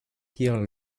tirent